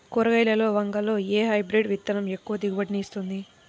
కూరగాయలలో వంగలో ఏ హైబ్రిడ్ విత్తనం ఎక్కువ దిగుబడిని ఇస్తుంది?